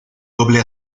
doble